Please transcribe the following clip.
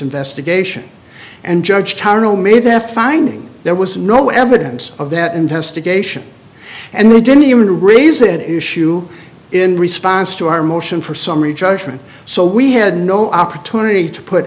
investigation and judge tarnal made their finding there was no evidence of that investigation and we didn't even raise it is shoe in response to our motion for summary judgment so we had no opportunity to put